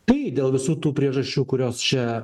tai dėl visų tų priežasčių kurios čia